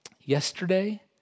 yesterday